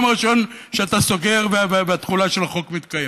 הראשון שאתה סוגר והתחולה של החוק מתקיימת.